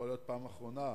יכול להיות בפעם האחרונה,